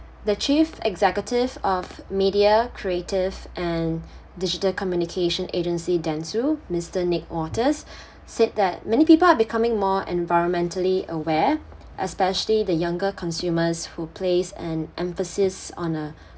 the chief executive of media creative and digital communication agency Dentsu mister nick waters said that many people are becoming more environmentally aware especially the younger consumers who place an emphasis on a